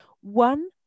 one